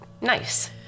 Nice